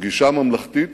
בגישה ממלכתית.